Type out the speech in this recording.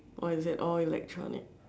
or is it all electronic